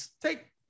take